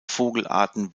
vogelarten